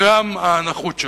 גרם הנכות שלהם.